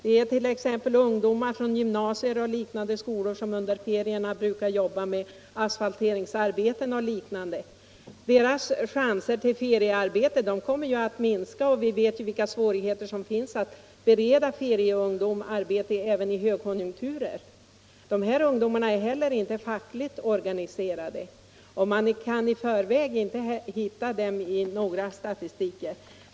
Det är t.ex. ungdomar från gymnasier och liknande skolor som under ferierna brukar jobba med asfalteringsarbeten o. d. Deras chanser till feriearbete kommer ju att minska, och vi vet vilka svårigheter som finns att bereda ungdom feriearbete även under högkonjunkturer. De här ungdomarna är heller inte fackligt organiserade, och man kan i förväg inte hitta dem i någon statistik.